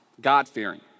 God-fearing